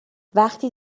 وقتی